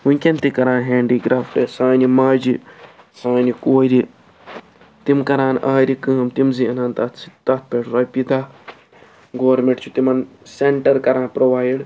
وُنکٮ۪ن تہِ کَران ہینٛڈی کرٛافٹہٕ سانہِ ماجہِ سانہِ کورِ تِم کَران آرٕ کٲم تِم زینان تتھ سۭتۍ تتتھ پٮ۪ٹھ رۄپیہِ دَہ گورمِنٛٹ چھُ تِمن سیٚنٹر کَران پرٛووایڈ